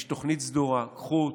יש תוכנית סדורה, קחו אותה.